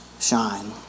shine